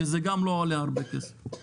שגם לא עולה הרבה כסף,